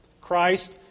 Christ